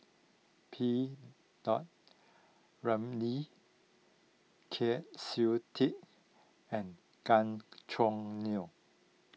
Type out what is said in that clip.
P Dot Ramlee Kwa Siew Tee and Gan Choo Neo